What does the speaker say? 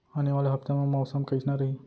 आने वाला हफ्ता मा मौसम कइसना रही?